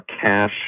cash